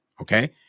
Okay